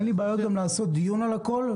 אין לי בעיה לקיים דיון על הכול,